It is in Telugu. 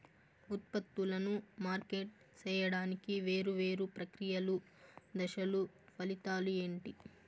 ఉత్పత్తులను మార్కెట్ సేయడానికి వేరువేరు ప్రక్రియలు దశలు ఫలితాలు ఏంటి?